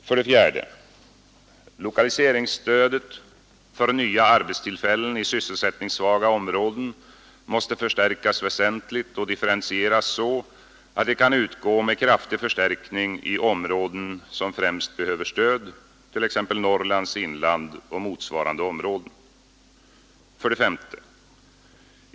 4. Lokaliseringsstödet för nya arbetstillfällen i sysselsättningssvaga områden måste förstärkas väsentligt och differentieras så att det kan utgå med kraftig förstärkning i områden som främst behöver stöd, t.ex. 5.